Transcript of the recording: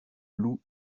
lou